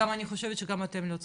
ואני חושבת שגם אתם לא צריכים.